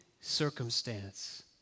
circumstance